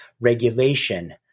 regulation